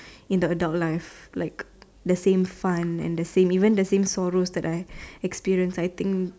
in the adult life like the same fun and the same even the same sorrow that I experience I think